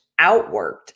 outworked